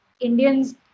Indians